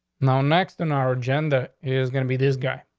now, next on our agenda is gonna be this guy.